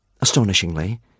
Astonishingly